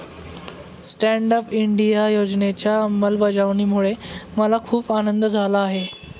stand up India योजनेच्या अंमलबजावणीमुळे मला खूप आनंद झाला आहे